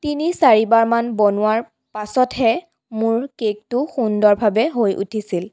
তিনি চাৰিবাৰমান বনোৱাৰ পাছতহে মোৰ কেকটো সুন্দৰভাৱে হৈ উঠিছিল